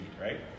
right